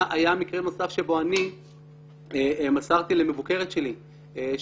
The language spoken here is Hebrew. היה מקרה נוסף בו אני מסרתי למבוקרת שלי שמחקה